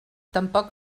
tampoc